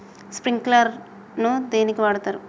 Sprinkler ను దేనికి వాడుతరు?